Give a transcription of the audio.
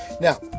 Now